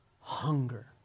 hunger